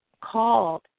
called